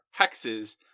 hexes